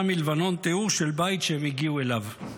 מלבנון תיאור של בית שהם הגיעו אליו.